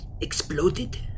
exploded